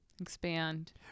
Expand